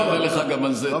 תודה רבה לך גם על זה.